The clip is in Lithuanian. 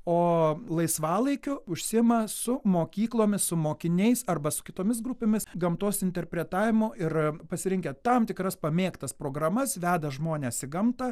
o laisvalaikiu užsiima su mokyklomis su mokiniais arba su kitomis grupėmis gamtos interpretavimu ir pasirinkę tam tikras pamėgtas programas veda žmones į gamtą